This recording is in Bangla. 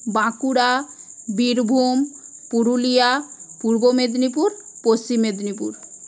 বাঁকুড়া বীরভূম পুরুলিয়া পূর্ব মেদিনীপুর পশ্চিম মেদিনীপুর